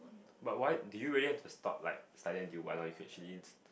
but what do you really have to stop like studying until one you can actually